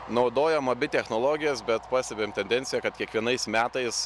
naudojam abi technologijas bet pastebim tendenciją kad kiekvienais metais